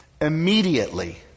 immediately